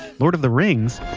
lord of the rings.